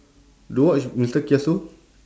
do you watch mister kiasu